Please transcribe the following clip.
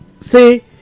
say